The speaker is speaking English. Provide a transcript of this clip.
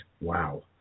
wow